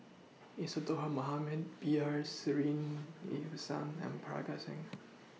Isadhora Mohamed B R Sreenivasan and Parga Singh